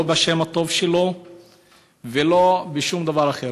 לא בשם הטוב שלו ולא בשום דבר אחר.